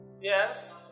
yes